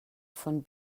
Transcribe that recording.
von